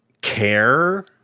care